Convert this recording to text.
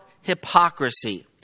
hypocrisy